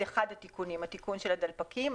התיקון של הדלפקים,